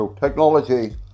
technology